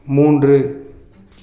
மூன்று